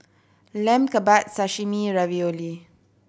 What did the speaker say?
Lamb Kebabs Sashimi Ravioli